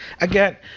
Again